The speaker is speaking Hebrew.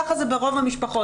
ככה זה ברוב המשפחות.